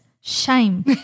Shame